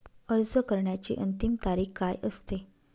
अर्ज करण्याची अंतिम तारीख काय असते?